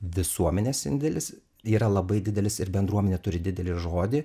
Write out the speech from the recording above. visuomenės indėlis yra labai didelis ir bendruomenė turi didelį žodį